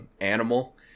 Animal